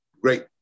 great